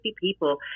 people